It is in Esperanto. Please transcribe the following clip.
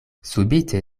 subite